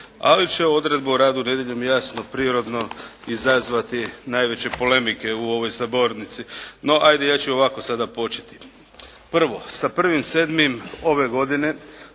ali će odredba o radu nedjeljom jasno prirodno izazvati najveće polemike u ovoj sabornici. No ajde, ja ću ovako sada početi. Prvo, sa 1.7. ove godine